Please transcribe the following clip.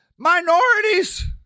Minorities